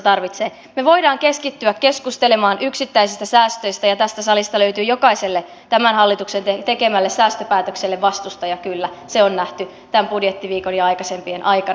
me voimme keskittyä keskustelemaan yksittäisistä säästöistä ja tästä salista löytyy jokaiselle tämän hallituksen tekemälle säästöpäätökselle vastustaja kyllä se on nähty tämän budjettiviikon ja aikaisempien aikana